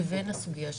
לבין הסוגיה שבפנינו.